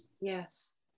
yes